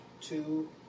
Two